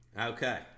Okay